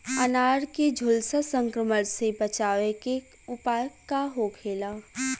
अनार के झुलसा संक्रमण से बचावे के उपाय का होखेला?